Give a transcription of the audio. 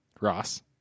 Ross